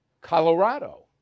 Colorado